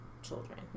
children